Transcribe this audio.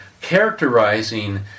characterizing